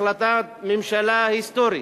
החלטת ממשלה היסטורית,